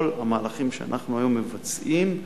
כל המהלכים שאנחנו היום מבצעים,